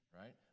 right